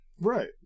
Right